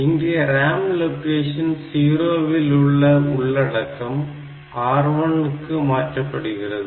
இங்கே RAM location 0 இல் உள்ள உள்ளடக்கம் R1 க்கு மாற்றப்படுகிறது